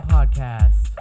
Podcast